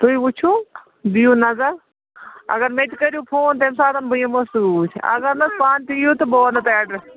تُہۍ وٕچھِو دِیُو نظر اگر مےٚ تہِ کٔرِو فون تَمہِ ساتَن بہٕ یِمو سۭتۍ اگر نہٕ پانہٕ تہِ یِیو تہٕ بہٕ ونَو تۄہہِ ایٚڈرس